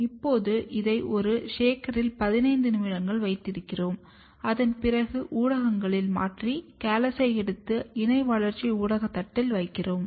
இப்போது இதை ஒரு ஷேக்கரில் 15 நிமிடங்கள் வைத்திருக்கிறோம் அதன் பிறகு ஊடகங்களை மாற்றி கேலஸை எடுத்து இணை வளர்ச்சி ஊடக தட்டில் வைக்கிறோம்